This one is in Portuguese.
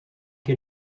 que